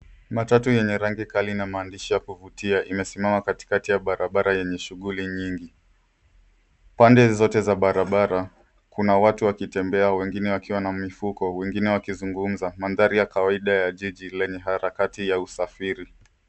Matatu yenye rangi kali na maadishi ya kuvutia imesimama katikati ya barabra yenye shughuli nyingi. Pnde zote za barabra kuna watu wakitembea wengine wakiwa na mifuko wengine wakizugumza. Mandhari ya kawaida ja jiji yenye harakati ya usafiri